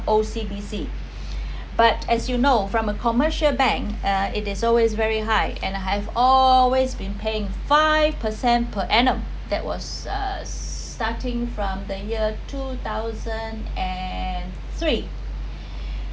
O_C_B_C but as you know from a commercial bank uh it is always very high and have always been paying five percent per annum that was uh starting from the year two thousand and three